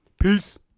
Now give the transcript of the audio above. Peace